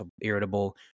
irritable